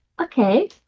Okay